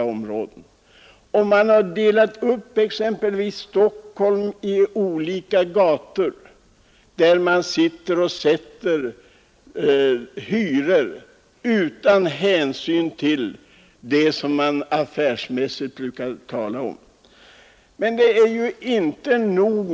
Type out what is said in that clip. Dessa bolag har nämligen delat upp Stockholm i olika gatuområden, där man fastställer hyrorna utan att ta några som helst affärsmässiga hänsyn.